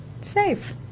safe